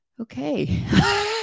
okay